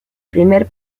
primer